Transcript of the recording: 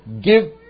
give